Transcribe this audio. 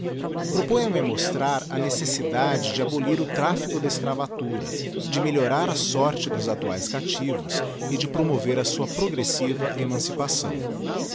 a mostrar a necessidade de abolir o trafico da escravatura de melhorar a sorte dos actuaes captivos e de promover a sua progressiva emancipação